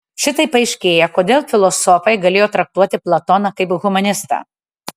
šitaip aiškėja kodėl filosofai galėjo traktuoti platoną kaip humanistą